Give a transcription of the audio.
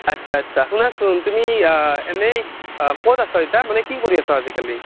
আচ্ছা আচ্ছা শুনাচোন তুমি কি এনেই ক'ত আছ ইতা মানে কি কৰি আছ' আজিকালি